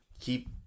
keep